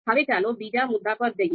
હવે ચાલો બીજા મુદ્દા પર જઈએ